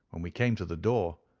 when we came to the door,